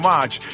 March